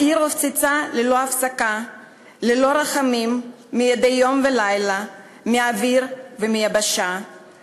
העיר הופצצה ללא הפסקה וללא רחמים מדי יום ולילה מהאוויר ומהיבשה,